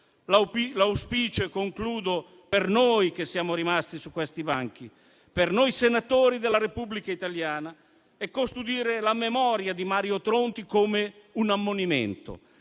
L'auspicio - e concludo - per noi che siamo rimasti su questi banchi, per noi senatori della Repubblica italiana, è custodire la memoria di Mario Tronti come un ammonimento: